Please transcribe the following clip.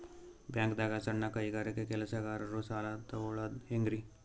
ಬ್ಯಾಂಕ್ದಾಗ ಸಣ್ಣ ಕೈಗಾರಿಕಾ ಕೆಲಸಗಾರರು ಸಾಲ ತಗೊಳದ್ ಹೇಂಗ್ರಿ?